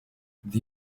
the